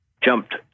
jumped